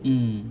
mm